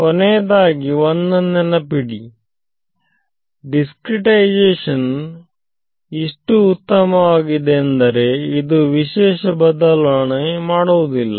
ಕೊನೆಯದಾಗಿ ಒಂದನ್ನು ನೆನಪಿಡಿ ಡಿಸ್ಕ್ರಿಟೈಸೇಶನ್ ಇಷ್ಟು ಉತ್ತಮವಾಗಿದೆ ಎಂದರೆ ಇದು ವಿಶೇಷ ಬದಲಾವಣೆ ಮಾಡುವುದಿಲ್ಲ